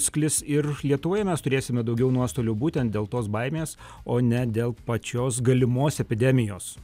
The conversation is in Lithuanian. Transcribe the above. sklis ir lietuvoje mes turėsime daugiau nuostolių būtent dėl tos baimės o ne dėl pačios galimos epidemijos